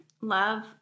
Love